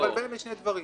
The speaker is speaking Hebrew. אתה מבלבל בין שני דברים.